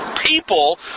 people